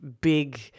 big